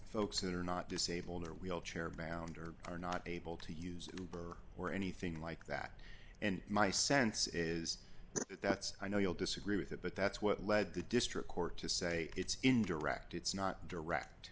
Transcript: folks that are not disabled or wheelchair bound or are not able to use birth or anything like that and my sense is that that's i know you'll disagree with it but that's what led the district court to say it's indirect it's not direct